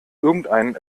irgendeinen